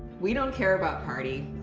we don't care about party.